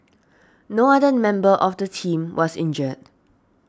no other member of the team was injured